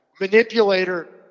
Manipulator